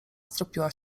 stropiła